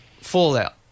Fallout